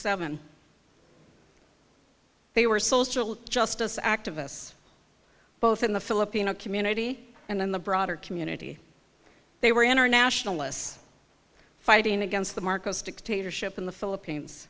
seven they were social justice activists both in the filipino community and in the broader community they were internationalists fighting against the marcos dictatorship in the philippines